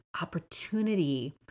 opportunity